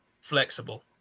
flexible